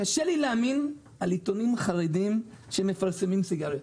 קשה לי להאמין על עיתונים חרדים שמפרסמים סיגריות.